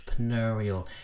entrepreneurial